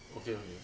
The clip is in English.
okay okay